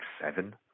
seven